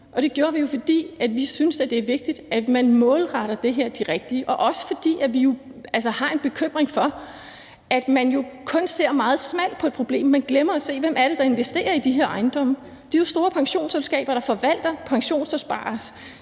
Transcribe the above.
det gjorde vi jo, fordi vi synes, det er vigtigt, at man målretter det her mod de rigtige, og også fordi vi jo har en bekymring for, at man kun ser meget smalt på et problem. Man glemmer at se, hvem det er, der investerer i de her ejendomme. Det er jo store pensionsselskaber, der forvalter pensionsopspareres